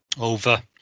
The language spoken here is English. over